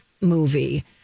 movie